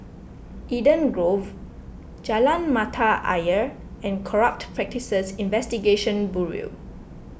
Eden Grove Jalan Mata Ayer and Corrupt Practices Investigation Bureau